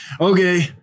Okay